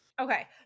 okay